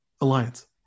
alliance